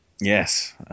Yes